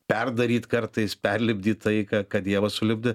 perdaryt kartais perlipdyt tai ką ką dievas sulipdė